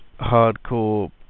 hardcore